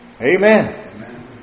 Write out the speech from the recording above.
Amen